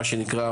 מה שנקרא,